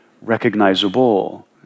recognizable